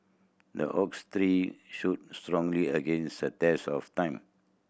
the oak tree stood strong against the test of time